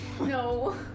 No